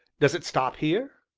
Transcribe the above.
does it stop here?